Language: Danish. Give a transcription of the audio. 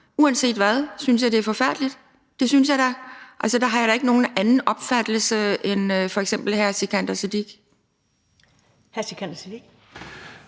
Uanset hvad, synes jeg, det er forfærdeligt – det synes jeg da. Altså, der har jeg da ikke nogen anden opfattelse end f.eks. hr. Sikandar Siddique.